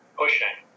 pushing